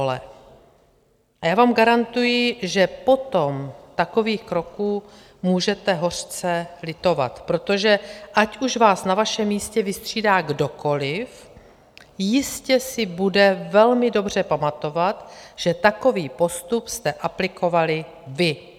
A já vám garantuji, že potom takových kroků můžete hořce litovat, protože ať už vás na vašem místě vystřídá kdokoliv, jistě si bude velmi dobře pamatovat, že takový postup jste aplikovali vy.